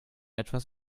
etwas